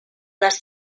les